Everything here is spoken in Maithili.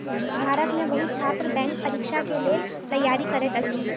भारत में बहुत छात्र बैंक परीक्षा के लेल तैयारी करैत अछि